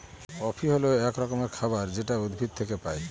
coffee হল এক রকমের খাবার যেটা উদ্ভিদ থেকে পায়